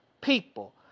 people